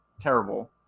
terrible